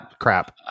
crap